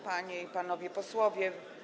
Panie i Panowie Posłowie!